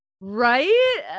right